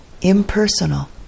impersonal